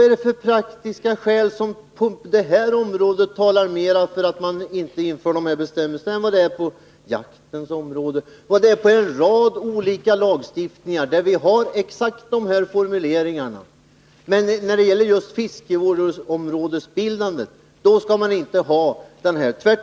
Men vilka praktiska skäl talar på detta område mera än på andra områden för att man inte skall införa bestämmelser av det här slaget? Vi har ju sådana här bestämmelser på jaktens område, och det finns en rad olika lagar som innehåller motsvarande formuleringar. Men när det gäller bildandet av fiskevårdsområden, anses det alltså att man inte skall ha dessa bestämmelser.